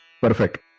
perfect